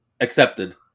Accepted